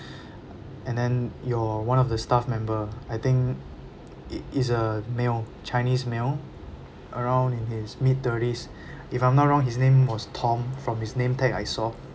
and then your one of the staff member I think i~ is a male chinese male around in his mid thirties if I'm not wrong his name was tom from his name tag I saw